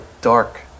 dark